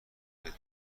تاریخ